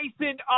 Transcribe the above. Jason